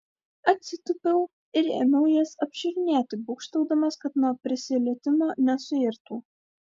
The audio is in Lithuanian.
atsitūpiau ir ėmiau jas apžiūrinėti būgštaudamas kad nuo prisilietimo nesuirtų